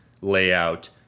layout